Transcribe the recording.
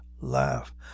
laugh